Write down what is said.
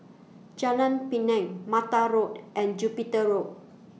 Jalan Pinang Mata Road and Jupiter Road